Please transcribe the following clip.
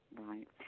Right